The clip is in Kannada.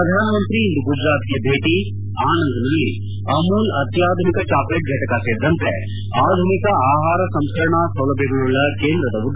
ಪ್ರಧಾನಮಂತ್ರಿ ಇಂದು ಗುಜರಾತ್ಗೆ ಭೇಟ ಆನಂದ್ನಲ್ಲಿ ಅಮೂಲ್ ಅತ್ಲಾಧುನಿಕ ಚಾಕ್ಷೇಟ್ ಫಟಕ ಸೇರಿದಂತೆ ಆಧುನಿಕ ಆಹಾರ ಸಂಸ್ಕರಣಾ ಸೌಲಭ್ಯಗಳುಳ್ಳ ಕೇಂದ್ರದ ಉದ್ವಾಟನೆ